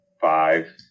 Five